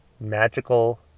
magical